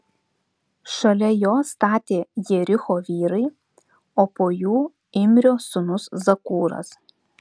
šalia jo statė jericho vyrai o po jų imrio sūnus zakūras